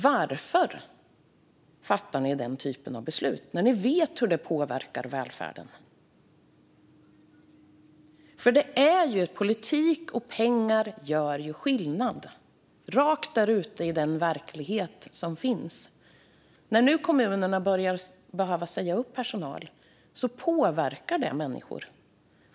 Varför fattar ni den typen av beslut när ni vet hur det påverkar välfärden, Ebba Busch? Politik och pengar gör skillnad rätt ut i den verklighet som finns. När nu kommunerna börjar behöva säga upp personal påverkar det människor.